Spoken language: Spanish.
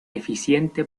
eficiente